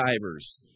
divers